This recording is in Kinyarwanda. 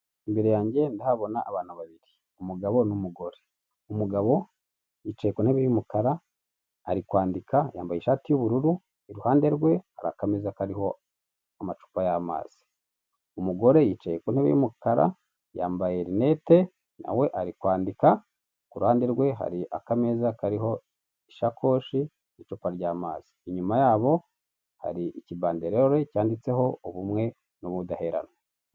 Imbere yanjye ndahabona abantu babiri umugabo n'umugore umugabo yicaye ku ntebe y'umukara ari kwandika yambaye ishati y'ubururu iruhande rwe hari akameza kariho amacupa y'amazi. Umugore yicaye ku ntebe y'umukara yambaye rinete nawe ari kwandika kuhande rwe hari akameza kariho ishakoshi icupa rya mazi inyuma yabo hari ikibandereri cyanditseho ubumwe n'ubudaheranwa.